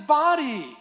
body